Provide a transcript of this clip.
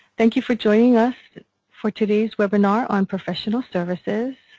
thank you for joining us for today's webinar on professional services.